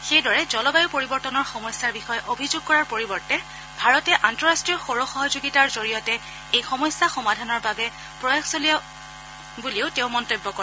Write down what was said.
সেইদৰে জলবায়ু পৰিৱৰ্তনৰ সমস্যাৰ বিষয়ে অভিযোগ কৰাৰ পৰিৱৰ্তে ভাৰতে আন্তৰষ্টীয় সৌৰ সহযোগিতাৰ জৰিয়তে এই সমস্যা সমাধানৰ বাবে প্ৰয়াস চলোৱা বুলিও তেওঁ মন্তব্য কৰে